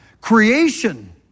Creation